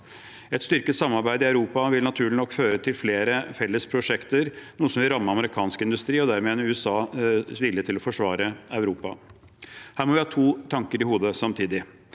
Et styrket samarbeid i Europa vil naturlig nok føre til flere felles prosjekter, noe som vil ramme amerikansk industri og dermed USAs vilje til å forsvare Europa. Her må vi ha to tanker i hodet